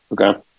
Okay